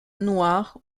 noir